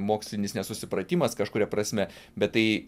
mokslinis nesusipratimas kažkuria prasme bet tai